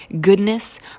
Goodness